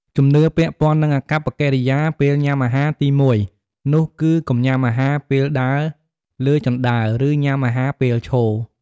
ជំនឿពាក់ព័ន្ធនឹងអាកប្បកិរិយាពេលញ៉ាំអាហារទីមួយ នោះគឺកុំញ៉ាំអាហារពេលដើរលើជណ្ដើរ ឬញ៉ាំអាហារពេលឈរ។